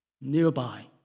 Nearby